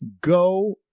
go